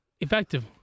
effective